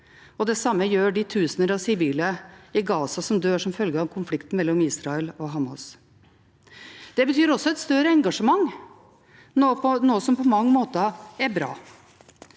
det samme gjør de tusener av sivile i Gaza som dør som følge av konflikten mellom Israel og Hamas. Det betyr også et større engasjement, noe som på mange måter er bra.